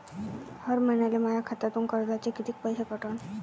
हर महिन्याले माह्या खात्यातून कर्जाचे कितीक पैसे कटन?